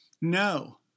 No